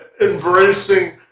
embracing